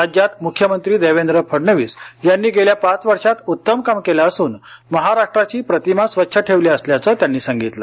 राज्यात मुख्यमंत्री देवेंद्र फडणवीस यांनी गेल्या पाच वर्षात उत्तम काम केले असून महाराष्ट्राची प्रतिमा स्वच्छ ठेवली असल्याचं त्यांनी सांगितलं